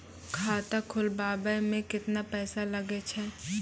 खाता खोलबाबय मे केतना पैसा लगे छै?